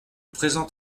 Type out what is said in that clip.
présent